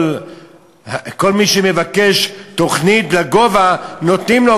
כל מי שמבקש תוכנית לגובה נותנים לו,